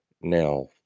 Now